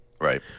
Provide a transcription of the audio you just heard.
Right